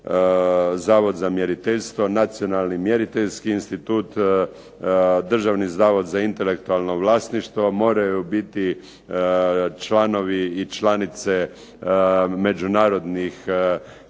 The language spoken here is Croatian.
zavod za mjeriteljstvo, Nacionalni mjeriteljski institut, Državni zavod za intelektualno vlasništvo moraju biti članovi i članice međunarodnih